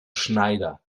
schneider